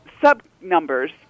sub-numbers